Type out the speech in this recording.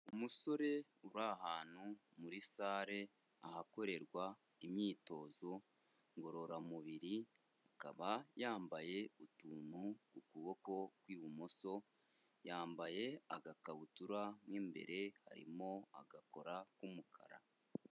Umusore uri ahantu muri sale ahakorerwa imyitozo ngororamubiri, akaba yambaye utuntu ku kuboko kw'ibumoso, yambaye agakabutura mo imbere harimo agakora k'umukara.